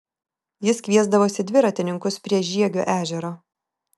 jis kviesdavosi dviratininkus prie žiegio ežero